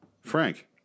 Frank